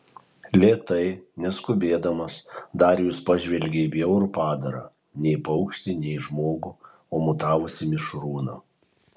lėtai neskubėdamas darijus pažvelgė į bjaurų padarą nei paukštį nei žmogų o mutavusį mišrūną